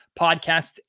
podcasts